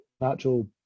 natural